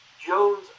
Jones